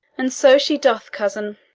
and so she doth, cousin.